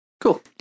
Cool